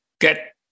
get